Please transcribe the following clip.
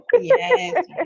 Yes